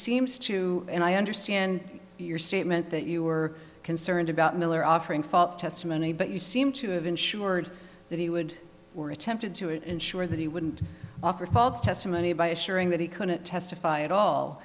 seems to me and i understand your statement that you were concerned about miller offering false testimony but you seem to have ensured that he would or attempted to ensure that he wouldn't offer false testimony by assuring that he couldn't testify at all